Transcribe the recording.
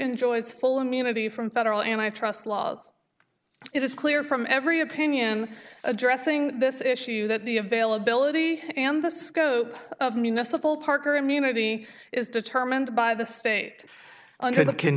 enjoys full immunity from federal antitrust laws it is clear from every opinion addressing this issue that the availability and the scope of municipal parker immunity is determined by the state under the can